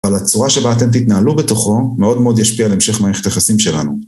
אבל הצורה שבה אתם תתנהלו בתוכו, מאוד מאוד ישפיע על המשך מערכת היחסים שלנו.